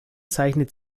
zeichnet